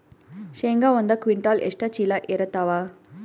ಶೇಂಗಾ ಒಂದ ಕ್ವಿಂಟಾಲ್ ಎಷ್ಟ ಚೀಲ ಎರತ್ತಾವಾ?